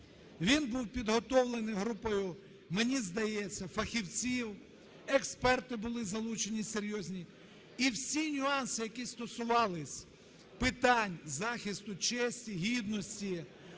він був підготовлений групою, мені здається, фахівців, експерти були залучені серйозні. І всі нюанси, які стосувались питань захисту, честі, гідності